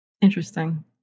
interesting